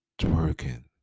twerking